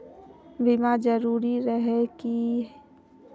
बीमा जरूरी रहे है की?